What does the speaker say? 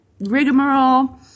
rigmarole